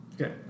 Okay